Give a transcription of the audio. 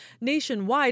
Nationwide